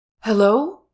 Hello